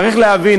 צריך להבין,